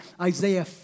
Isaiah